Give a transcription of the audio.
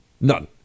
None